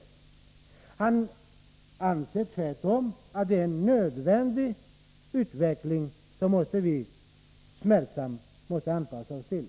Han anser tvärtom att det är en nödvändig utveckling som vi smärtsamt måste anpassa oss till.